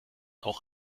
auch